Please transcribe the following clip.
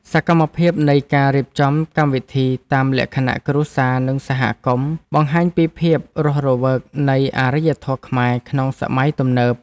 សកម្មភាពនៃការរៀបចំកម្មវិធីតាមលក្ខណៈគ្រួសារនិងសហគមន៍ បង្ហាញពីភាពរស់រវើកនៃអរិយធម៌ខ្មែរក្នុងសម័យទំនើប។